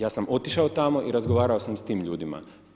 Ja sam otišao tamo i razgovarao sam s tim ljudima.